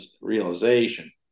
realization